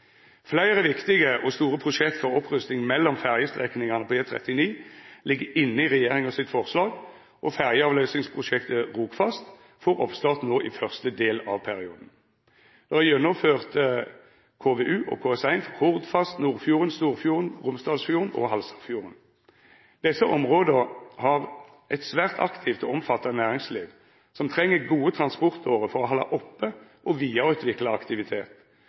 Fleire viktige og store prosjekt for opprusting mellom ferjestrekningane på E39 ligg inne i regjeringas forslag, og ferjeavløysingsprosjektet Rogfast får oppstart nå i første del av perioden. Det er gjennomført KVU og KS1 for Hordfast, Nordfjorden, Storfjorden, Romsdalsfjorden og Halsafjorden. Desse områda har eit svært aktivt og omfattande næringsliv som treng gode transportårer for å halda oppe og vidareutvikla aktivitet,